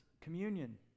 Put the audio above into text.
communion